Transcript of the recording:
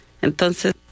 Entonces